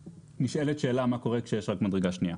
נשאלת שאלה מה קורה כשיש רק מדרגה שנייה.